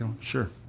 Sure